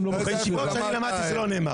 לא --- בישיבות שאני למדתי זה לא נאמר.